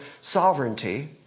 sovereignty